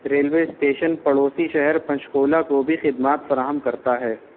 railway station پڑوسی شہر پنچکولہ کو بھی خدمات فراہم کرتا ہے